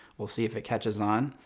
we'll see if it catches on.